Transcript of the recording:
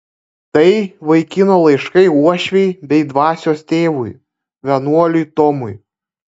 tai vaikino laiškai uošvei bei dvasios tėvui vienuoliui tomui